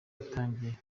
yatangiye